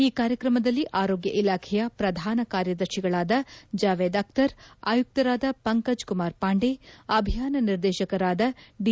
ಈ ಕಾರ್ಯಕ್ರಮದಲ್ಲಿ ಆರೋಗ್ಯ ಇಲಾಖೆಯ ಪ್ರಧಾನ ಕಾರ್ಯದರ್ಶಿಗಳಾದ ಜಾವೇದ್ ಅಕ್ತರ್ ಆಯುಕ್ತರಾದ ಪಂಕಜ್ ಕುಮಾರ್ ಪಾಂಡೆ ಅಭಿಯಾನ ನಿರ್ದೇಶಕರಾದ ದಿ